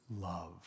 love